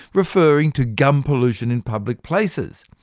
referring to gum pollution in public places.